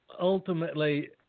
ultimately